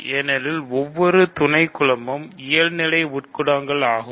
ஏனெனில் ஒவ்வொரு துணைக்குலமும் இயல் நிலைஉட்குலங்கள் ஆகும்